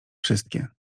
wszystkie